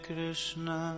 Krishna